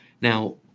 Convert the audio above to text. Now